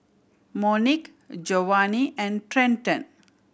Monique Jovany and Trenton